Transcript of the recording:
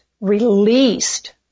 released